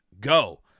go